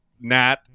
Nat